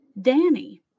Danny